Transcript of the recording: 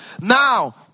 now